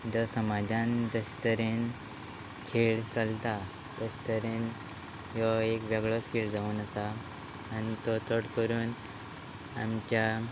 the समाजान जशे तरेन खेळ चलता तशे तरेन ह्यो एक वेगळोच खेळ जावन आसा आनी तो चड करून आमच्या